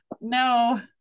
No